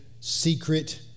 secret